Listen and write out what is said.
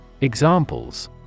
Examples